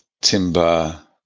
Timber